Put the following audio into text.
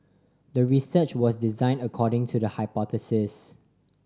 the research was designed according to the hypothesis